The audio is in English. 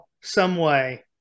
someway